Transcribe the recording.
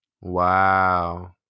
wow